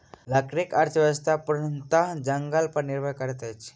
लकड़ी अर्थव्यवस्था पूर्णतः जंगल पर निर्भर करैत अछि